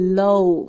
,low